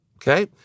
Okay